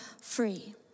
free